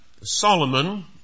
Solomon